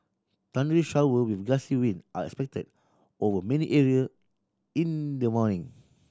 thundery shower with gusty wind are expected over many area in the morning